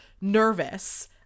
nervous